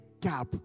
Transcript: gap